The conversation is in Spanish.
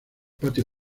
patio